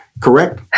Correct